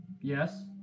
Yes